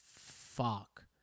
fuck